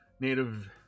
native